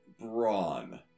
Brawn